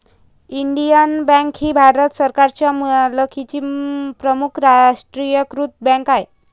Indian bank ही भारत सरकारच्या मालकीची प्रमुख राष्ट्रीयीकृत बँक आहे